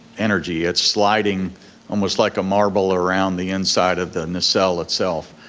energy, it's sliding almost like a marble around the inside of the nacelle itself.